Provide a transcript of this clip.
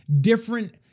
different